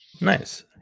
nice